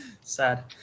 sad